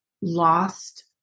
lost